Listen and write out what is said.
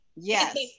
Yes